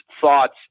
thoughts